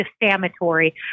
defamatory